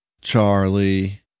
Charlie